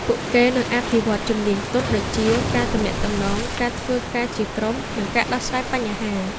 ពួកគេនឹងអភិវឌ្ឍជំនាញទន់ ដូចជា ការទំនាក់ទំនង ការធ្វើការជាក្រុម និងការដោះស្រាយបញ្ហា។